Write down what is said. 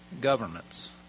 governments